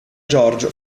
george